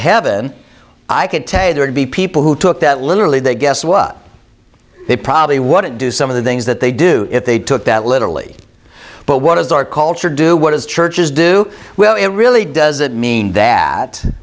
heaven i could tell you there would be people who took that literally they guess what they probably wouldn't do some of the things that they do if they took that literally but what does our culture do what does churches do will it really does that mean that